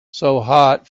hot